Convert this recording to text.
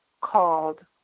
called